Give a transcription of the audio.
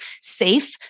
safe